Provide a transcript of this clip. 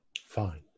Fine